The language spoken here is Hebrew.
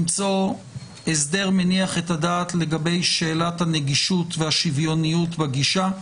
למצוא הסדר מניח את הדעת לגבי שאלת הנגישות והשוויוניות בגישה.